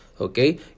okay